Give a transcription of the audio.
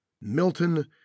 milton